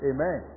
Amen